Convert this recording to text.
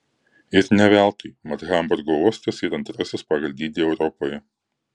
ir ne veltui mat hamburgo uostas yra antrasis pagal dydį europoje